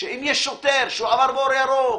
אם שילמתי, את אומרת שעדיין הרכב בחנייה למשל